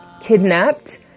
kidnapped